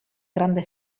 grande